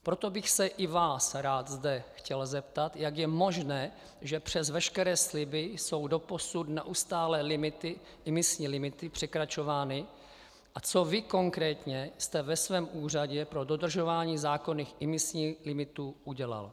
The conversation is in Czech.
Proto bych se i vás rád zde chtěl zeptat, jak je možné, že přes veškeré sliby jsou doposud neustále imisní limity překračovány a co vy konkrétně jste ve svém úřadě pro dodržování zákonných imisních limitů udělal.